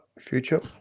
future